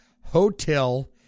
hotel